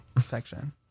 section